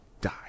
die